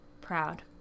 Proud